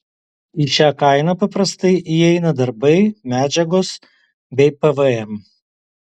į šią kainą paprastai įeina darbai medžiagos bei pvm